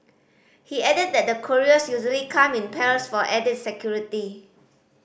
he added that the couriers usually come in pairs for added security